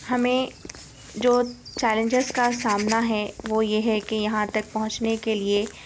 ہمیں جو چیلنجز کا سامنا ہے وہ یہ ہے کہ یہاں تک پہنچنے کے لیے